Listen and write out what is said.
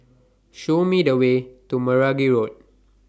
Show Me The Way to Meragi Road